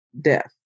death